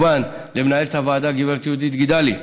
כן, כמובן, למנהלת הוועדה הגברת יהודית גידלי,